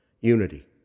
Unity